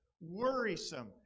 worrisome